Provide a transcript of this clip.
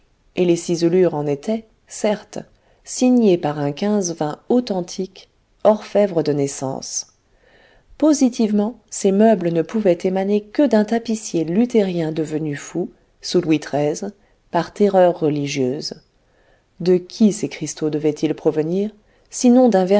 et les ciselures en étaient certes signées par un quinze vingt authentique orfèvre de naissance positivement ces meubles ne pouvaient émaner que d'un tapissier luthérien devenu fou sous louis xiii par terreurs religieuses de qui ces cristaux devaient-ils provenir sinon